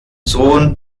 sohn